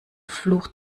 fluch